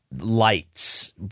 lights